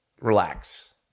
relax